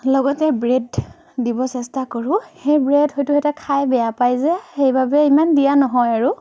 লগতে ব্ৰেড দিব চেষ্টা কৰোঁ সেই ব্ৰেড হয়তো সিহঁতে খাই বেয়া পাই যে সেইবাবে ইমান দিয়া নহয় আৰু